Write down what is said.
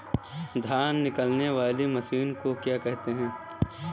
धान निकालने वाली मशीन को क्या कहते हैं?